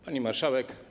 Pani Marszałek!